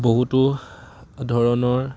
বহুতো ধৰণৰ